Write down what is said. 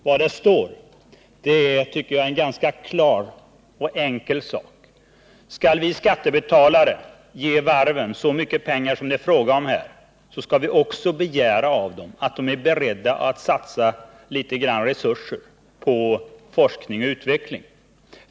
Vad som står är, tycker jag, en ganska klar och enkel sak: Skall vi skattebetalare ge varven så mycket pengar som det är fråga om här, skall vi också begära av dem att de är beredda att satsa litet grand resurser på forskning och utveckling.